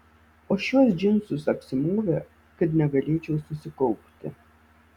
o šiuos džinsus apsimovė kad negalėčiau susikaupti